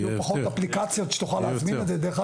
פחות אפליקציות שתוכל להזמין את זה דרכן?